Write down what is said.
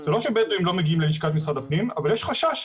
זה לא שבדואים לא מגיעים ללשכת משרד הפנים אבל יש חשש,